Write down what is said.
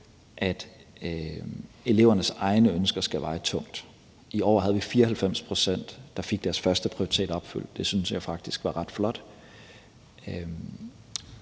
at elevernes egne ønsker skal veje tungt. I år havde vi 94 pct., der fik deres førsteprioritet opfyldt – det synes jeg faktisk er ret flot.